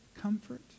comfort